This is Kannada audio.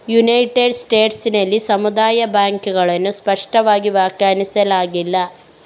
ಯುನೈಟೆಡ್ ಸ್ಟೇಟ್ಸ್ ನಲ್ಲಿ ಸಮುದಾಯ ಬ್ಯಾಂಕುಗಳನ್ನು ಸ್ಪಷ್ಟವಾಗಿ ವ್ಯಾಖ್ಯಾನಿಸಲಾಗಿಲ್ಲ